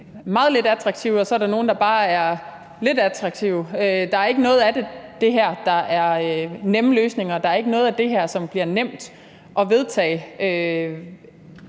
meget lidt attraktive, og så er der nogle, der bare er lidt attraktive. Der er ikke noget af det her, der er nemme løsninger, der er ikke noget af det her, som bliver nemt at vedtage.